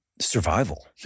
survival